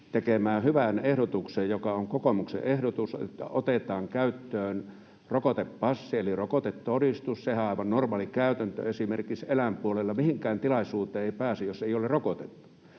tekemään hyvään ehdotukseen, joka on kokoomuksen ehdotus, että otetaan käyttöön rokotepassi eli rokotetodistus. Sehän on aivan normaali käytäntö esimerkiksi eläinpuolella: mihinkään tilaisuuteen ei pääse, jos ei ole rokotettu.